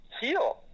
heal